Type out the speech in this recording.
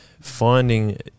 finding